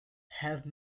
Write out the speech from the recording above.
have